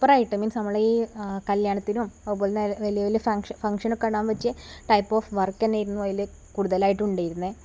സൂപ്പറായിട്ട് മീൻസ് നമ്മളെ ഈ കല്യാണത്തിനും അതുപോലന്നെ വലിയ വലിയ ഫംഗ്ഷനൊക്കെ ഇടാൻ പറ്റിയ ടൈപ്പ് ഓഫ് വർക്ക് തന്നെയായിരുന്നു അതില് കൂടുതലായിട്ട് ഉണ്ടായിരുന്നെ